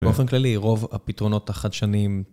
באופן כללי, רוב הפתרונות החדשנים...